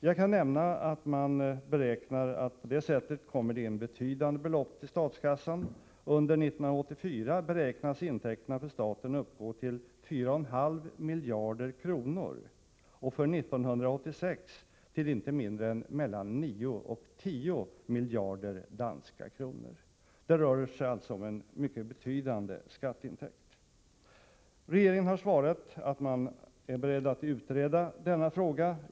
Jag kan nämna att man beräknar att det på det sättet kommer in betydande belopp till statskassan. Under 1984 beräknas intäkterna för staten uppgå till 4,5 miljarder danska kronor och för 1986 till inte mindre än mellan 9 och 10 miljarder danska kronor. Det rör sig alltså om en mycket betydande skatteintäkt. Regeringen har svarat att man är beredd att utreda denna fråga.